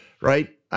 right